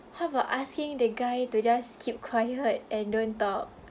how about asking the guy to just keep quiet and don't talk